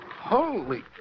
Holy